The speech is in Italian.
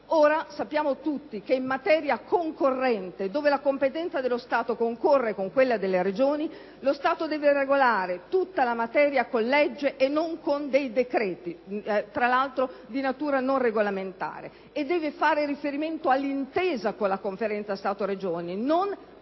Sappiamo tutti che in materia concorrente, dove la competenza dello Stato concorre con quella della Regioni, lo Stato deve regolare tutta la materia con legge e non con dei decreti, tra l'altro di natura non regolamentare, e deve fare riferimento all'intesa con la Conferenza Stato‑Regioni, non al parere